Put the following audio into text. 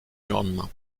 lendemain